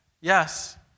yes